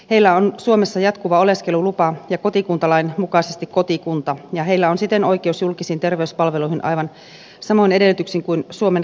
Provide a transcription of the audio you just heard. heillä on suomessa jatkuva oleskelulupa ja kotikuntalain mukaisesti kotikunta ja heillä on siten oikeus julkisiin terveyspalveluihin aivan samoin edellytyksin kuin suomen kansalaisilla